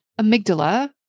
amygdala